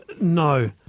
no